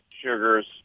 sugars